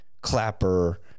Clapper